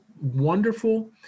wonderful